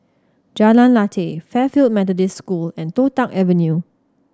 Jalan Lateh Fairfield Methodist School and Toh Tuck Avenue